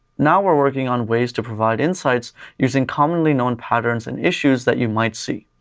now we're working on ways to provide insights using commonly known patterns and issues that you might see.